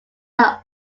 are